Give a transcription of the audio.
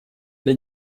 для